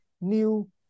New